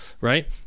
right